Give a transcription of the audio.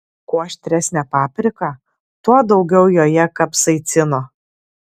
kuo aštresnė paprika tuo daugiau joje kapsaicino